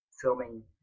filming